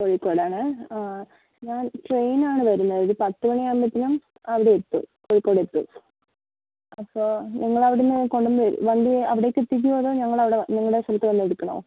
കോഴിക്കോടാണോ ആ ഞാൻ ട്രെയിനിനാണ് വരുന്നത് ഒരു പത്ത് മണിയാവുമ്പത്തേനും അവിടെ എത്തും കോഴിക്കോടെത്തും അപ്പോൾ നിങ്ങളവിടെനിന്ന് കൊണ്ടുവന്നുതരുമോ വണ്ടി അവിടേക്ക് എത്തിക്കുമോ അതോ ഞങ്ങളവിടെ നിങ്ങളുടെ സ്ഥലത്ത് വന്ന് എടുക്കണോ